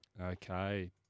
Okay